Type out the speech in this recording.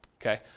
Okay